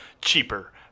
cheaper